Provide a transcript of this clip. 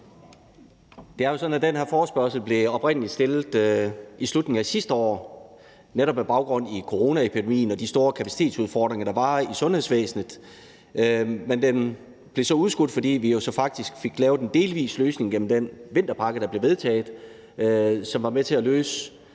Det er jo sådan, at den her forespørgsel oprindelig blev stillet i slutningen af sidste år netop med baggrund i coronaepidemien og de store kapacitetsudfordringer, der var i sundhedsvæsenet, men den blev så udskudt, fordi vi jo så faktisk fik lavet en delvis løsning gennem den vinterpakke, der blev vedtaget, som var med til